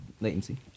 latency